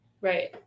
right